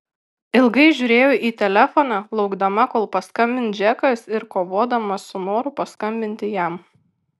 ilgai žiūrėjo į telefoną laukdama kol paskambins džekas ir kovodama su noru paskambinti jam